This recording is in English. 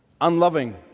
unloving